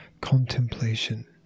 contemplation